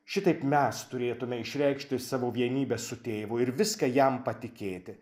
šitaip mes turėtume išreikšti savo vienybę su tėvu ir viską jam patikėti